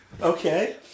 Okay